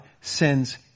sends